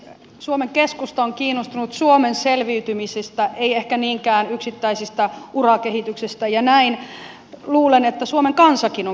suomen keskusta on kiinnostunut suomen selviytymisestä ei ehkä niinkään yksittäisistä urakehityksistä ja näin luulen että suomen kansakin on kiinnostunut